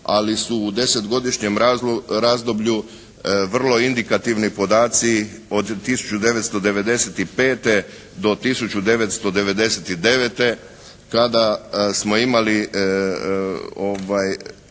ali su u deset godišnjem razdoblju vrlo indikativni podaci od 1995. do 1999. kada smo imali